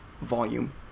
volume